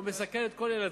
הוא מסכן את כל ילדיו,